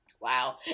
Wow